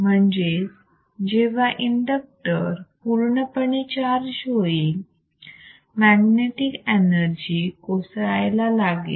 म्हणजेच जेव्हा इंडक्टर पूर्णपणे चार्ज होईल मॅग्नेटिक एनर्जी कोसळायला लागेल